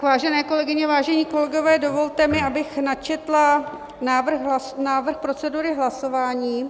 Vážené kolegyně, vážení kolegové, dovolte mi, abych načetla návrh procedury hlasování.